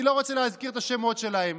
אני לא רוצה להזכיר את השמות שלהם.